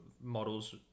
model's